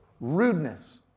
rudeness